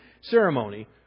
ceremony